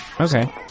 okay